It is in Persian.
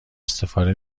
استفاده